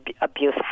abuse